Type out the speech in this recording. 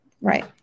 Right